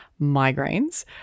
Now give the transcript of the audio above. migraines